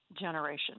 generation